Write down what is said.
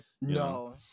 no